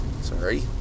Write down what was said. sorry